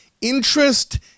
interest